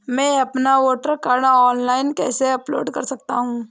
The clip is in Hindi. मैं अपना वोटर कार्ड ऑनलाइन कैसे अपलोड कर सकता हूँ?